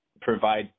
provide